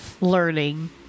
learning